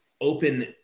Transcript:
open